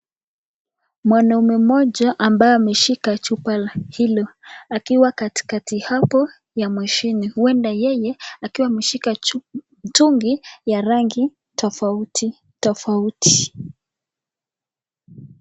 Mwanaume mmoja ambaye ameshika chupa la hilo. Akiwa katikati ya hapo ya mashini. Huenda yeye akiwa ameshika tugi ya rangi tofauti tofauti.